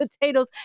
potatoes